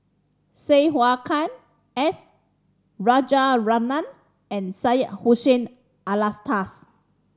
Sai Hua Kuan S Rajaratnam and Syed Hussein Alatas